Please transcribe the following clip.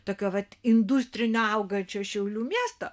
tokio vat industrinio augančio šiaulių miesto